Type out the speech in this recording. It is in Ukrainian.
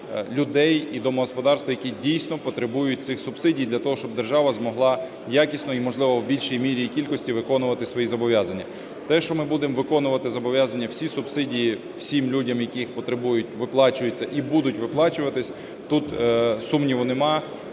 людей і домогосподарства, які дійсно потребують цих субсидій, для того щоб держава змогла якісно і, можливо, в більшій мірі і кількості виконувати свої зобов'язання. Те, що ми будемо виконувати зобов'язання, всі субсидії всім людям, які їх потребують, виплачуються і будуть виплачуватися, тут сумніву немає,